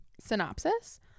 Synopsis